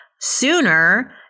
sooner